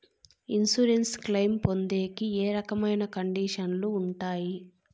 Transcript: Insurance claim పొందేకి ఏ రకమైన కండిషన్లు ఉంటాయి?